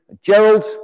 Gerald